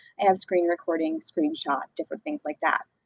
i have screen recording, screenshot, different things like that.